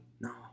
No